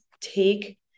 take